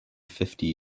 fifty